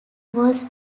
was